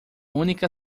única